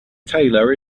tailor